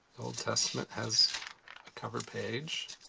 old testament has a cover page.